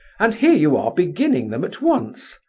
and here you are beginning them at once.